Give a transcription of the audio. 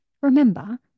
remember